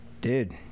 Dude